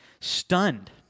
Stunned